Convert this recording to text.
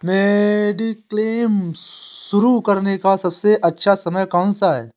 Mediclaim शुरू करने का सबसे अच्छा समय कौनसा है?